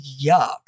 yuck